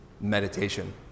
meditation